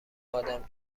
آدم